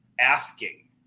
asking